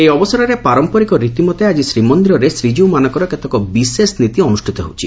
ଏହି ଅବସରରେ ପାରମ୍ମରିକ ରୀତିମତେ ଆଜି ଶ୍ରୀମନ୍ଦିରରେ ଶ୍ରୀକୀଉମାନଙ୍କର କେତେକ ବିଶେଷ ନୀତି ଅନୁଷ୍ଠିତ ହେଉଛି